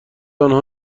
انها